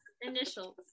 Initials